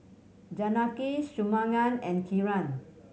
Janaki Shunmugam and Kiran